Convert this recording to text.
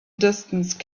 distance